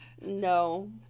No